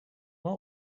are